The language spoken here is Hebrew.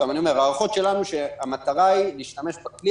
ההערכות שלנו הן שהמטרה היא להשתמש בכלי